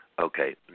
Okay